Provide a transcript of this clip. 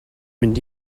mynd